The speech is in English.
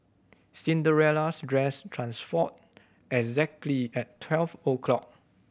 Cinderella's dress transformed exactly at twelve o'clock